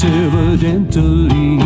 evidently